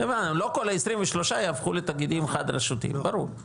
לא כל ה-23 יהפכו לתאגידים חד-רשותיים, ברור.